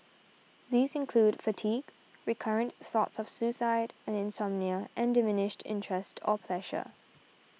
these include fatigue recurrent thoughts of suicide insomnia and diminished interest or pleasure